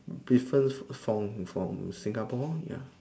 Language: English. prefer song from Singapore ya